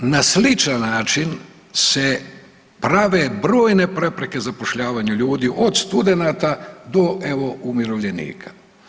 Na sličan način se prave brojne prepreke zapošljavanja ljudi od studenata do evo umirovljenika.